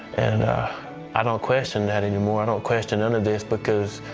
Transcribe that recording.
and i don't question that anymore. i don't question none of this because